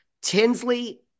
Tinsley